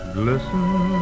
glisten